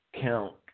count